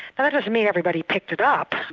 that doesn't mean everybody picked it up,